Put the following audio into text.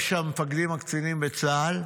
המפקדים, הקצינים הבכירים בצה"ל,